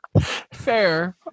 Fair